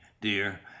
dear